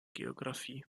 geographie